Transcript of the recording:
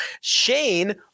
Shane